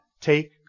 take